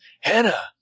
Hannah